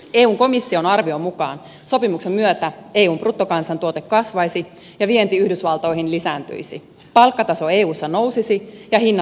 eun komission arvion mukaan sopimuksen myötä eun bruttokansantuote kasvaisi ja vienti yhdysvaltoihin lisääntyisi palkkataso eussa nousisi ja hinnat alenisivat